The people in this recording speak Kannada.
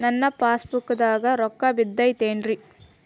ನನ್ನ ಪಾಸ್ ಪುಸ್ತಕದಾಗ ರೊಕ್ಕ ಬಿದ್ದೈತೇನ್ರಿ?